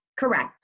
Correct